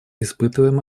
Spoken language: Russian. испытываем